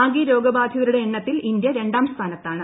ആകെ രോഗബാധിതരുടെ എണ്ണത്തിൽ ഇന്ത്യ രണ്ടാം സ്ഥാനത്താണ്